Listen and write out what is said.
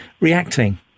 reacting